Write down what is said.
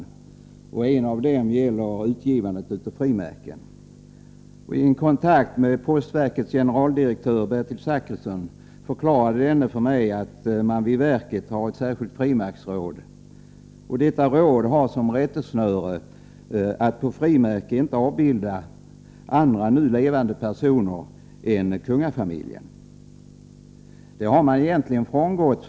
En av dem gäller utgivandet av frimärken. I en kontakt med postverkets generaldirektör Bertil Zachrisson förklarade denne för mig att man vid verket har ett särskilt frimärksråd. Detta råd har som rättesnöre att på frimärke inte skall avbildas andra nu levande personer än kungafamiljen. Denna regel har man egentligen frångått.